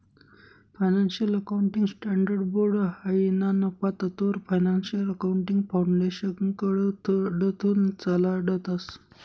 financial accounting standards board हायी ना नफा तत्ववर फायनान्शियल अकाउंटिंग फाउंडेशनकडथून चालाडतंस